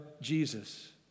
Jesus